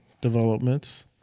developments